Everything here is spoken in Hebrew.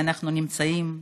שאנחנו נמצאים בה,